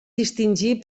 distingir